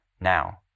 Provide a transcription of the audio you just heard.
Now